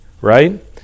right